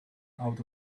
out